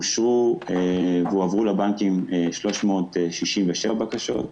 אושרו והועברו לבנקים 367 בקשות.